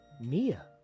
Mia